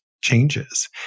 changes